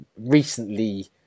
recently